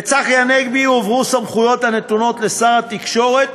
לצחי הנגבי הועברו הסמכויות הנתונות לשר התקשורת,